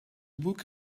book